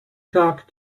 talk